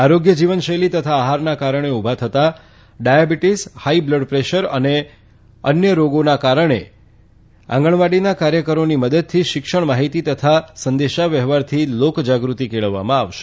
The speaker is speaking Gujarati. અયોગ્ય જીવનશૈલી તથા આહારના કારણે ઉભા થતા ડાયાબીટીસ હાઇ બ્લડપ્રેશર જેવા રોગોના પ્રમાણને ઘટાડવાના હેતુથી આંગણવાડીના કાર્યકરોની મદદથી શિક્ષણ માહિતી તથા સંદેશાવ્યવહારથી લોકજાગૃતી કેળવવામાં આવશે